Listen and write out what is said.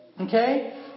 Okay